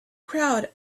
crowd